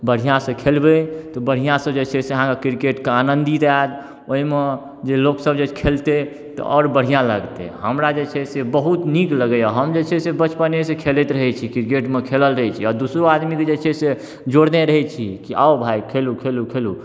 बढ़िआँसँ खेलबै तऽ बढ़िआँसँ जे छै से अहाँ कऽ क्रिकेटके आनन्दित आएत ओहिमे जे लोक सब जे खेलतै तऽ आओर बढ़िआँ लगतै हमरा जे छै से बहुत नीक लगैया हम जे छै से बचपनेसँ खेलैत रहै छी क्रिकेटमे खेलल रहैत छी आ दुसरो आदमीके जे छै से जोड़ने रहैत छी जे आउ भाइ खेलु खेलु खेलु